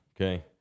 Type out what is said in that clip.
Okay